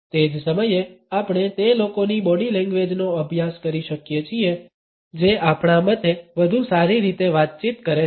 તે જ સમયે આપણે તે લોકોની બોડી લેંગ્વેજનો અભ્યાસ કરી શકીએ છીએ જે આપણા મતે વધુ સારી રીતે વાતચીત કરે છે